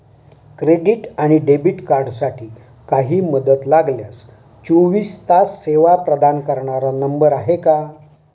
Credit आणि debit कार्डसाठी काही मदत लागल्यास चोवीस तास सेवा प्रदान करणारा नंबर आहे का?